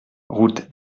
route